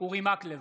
אורי מקלב,